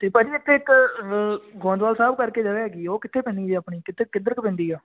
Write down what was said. ਅਤੇ ਭਾਅ ਜੀ ਇੱਥੇ ਇੱਕ ਗੋਇੰਦਵਾਲ ਸਾਹਿਬ ਕਰਕੇ ਜਗ੍ਹਾ ਹੈਗੀ ਆ ਉਹ ਕਿੱਥੇ ਪੈਂਦੀ ਜੀ ਆਪਣੀ ਕਿੱਥੇ ਕਿੱਧਰ ਕੁ ਪੈਂਦੀ ਆ